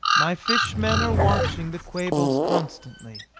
my fish-men are watching the quabos constantly.